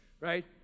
right